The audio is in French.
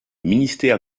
ministère